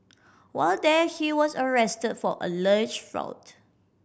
while there he was arrested for alleged fraud